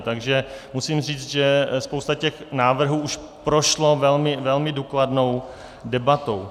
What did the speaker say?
Takže musím říct, že spousta těch návrhů už prošla velmi důkladnou debatou.